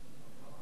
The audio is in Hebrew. נגד.